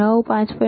9 5